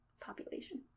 population